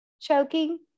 choking